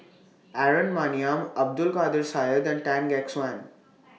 Aaron Maniam Abdul Kadir Syed and Tan Gek Suan